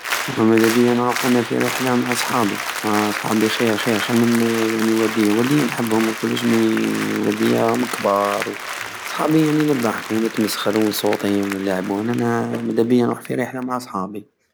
مدابية نروح انا في ريحلة مع صحابي اه صحابي خير خير خير من صوت. ما- يعني والدية والدية نحبهم وكلش مي والدية راهم كبار وصحابي يعني نضحكو ونتمسخرو ونسوطي ونلعبو انا مدابية نروح في رحلة مع صحابي